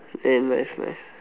and nice nice